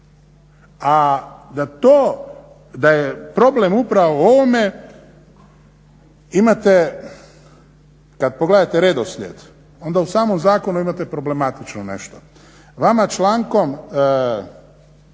posao. A da je problem upravo u ovome imate kad pogledate redoslijed onda u samom zakonu imate problematično nešto. Vama člankom 9.